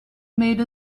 made